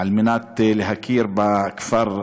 כדי להכיר בכפר,